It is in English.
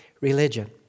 religion